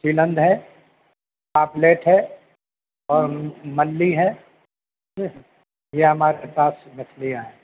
سیلند ہے پاپلیٹ ہے اور مندی ہے یہ ہمارے پاس مچھلیاں ہیں